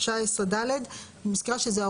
313א מסדיר את ועדת החריגים.